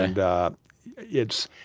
and it's.